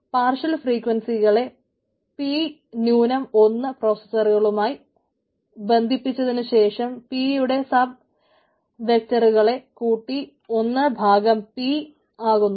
partial ഫ്രീക്വൻസികളെ p 1 പ്രോസസറുകളുമായി ബന്ധിപ്പിച്ചതിനുശേഷം p യുടെ സബ് വെക്റ്ററുകളെ കൂട്ടി 1 p ആകുന്നു